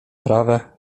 prawe